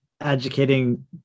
educating